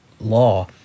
law